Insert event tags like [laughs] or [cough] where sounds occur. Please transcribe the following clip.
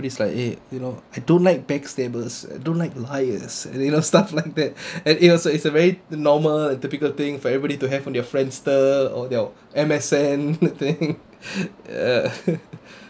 it's like eh you know I don't like back stabbers don't like liars and you know stuff like that and it was it's a very normal typical thing for everybody to have on your friendster or your M_S_N and thing [laughs] ya